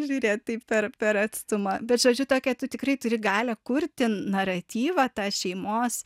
žiūrėt taip per per atstumą bet žodžiu tokia tu tikrai turi galią kurti naratyvą tą šeimos